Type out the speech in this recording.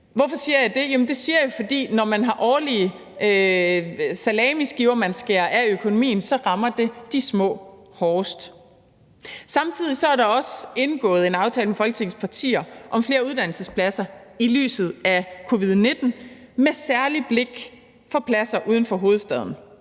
det siger jeg, fordi når man årligt skærer små salamiskiver af økonomien, så rammer det de små hårdest. Samtidig er der også indgået en aftale med Folketingets partier om flere uddannelsespladser set i lyset af covid-19 med et særligt blik for pladser uden for hovedstaden